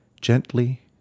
gently